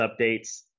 updates